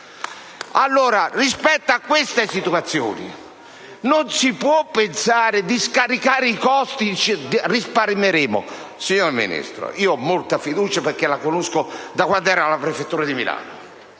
Rispetto a queste situazioni non si può pensare di scaricare i costi e dire che risparmieremo. Signora Ministro, ho molta fiducia in lei, perché la conosco da quando era alla prefettura di Milano.